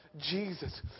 Jesus